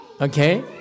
Okay